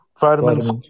Vitamins